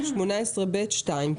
18ב(2).